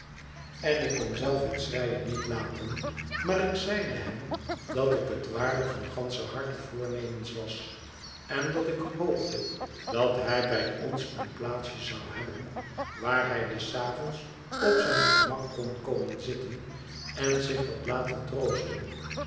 en ik kon zelf het schreien niet laten maar ik zeide hem dat ik het waarlijk van ganscher harte voornemens was en dat ik hoopte dat hij bij ons een plaatsje zou hebben waar hij des avonds op zijn gemak kon komen zitten en zich wat laten troosten